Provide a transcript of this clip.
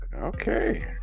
Okay